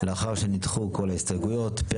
לאחר שנדחו כל ההסתייגויות.